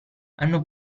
hanno